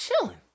chilling